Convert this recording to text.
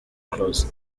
close